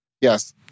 Yes